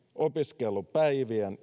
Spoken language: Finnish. opiskelupäivien ja